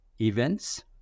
events